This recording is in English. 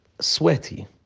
sweaty